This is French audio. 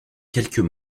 quelques